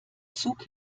zug